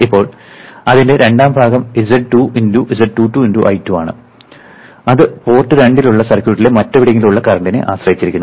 ഇപ്പോൾ അതിന്റെ രണ്ടാം ഭാഗം z 2 × I2 ആണ് അത് പോർട്ട് 2 ൽ ഉള്ള സർക്യൂട്ടിലെ മറ്റെവിടെയെങ്കിലും ഉള്ള കറന്റിനെ ആശ്രയിച്ചിരിക്കുന്നു